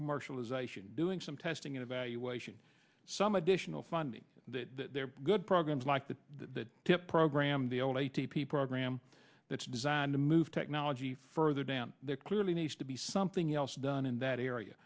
commercialization doing some testing and evaluation some additional funding there are good programs like that that to program the old a t p program that's designed to move technology further down there clearly needs to be something else done in that area